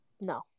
No